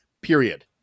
period